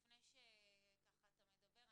לפני שאתה מדבר,